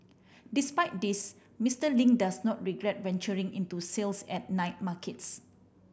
despite this Mister Ling does not regret venturing into sales at night markets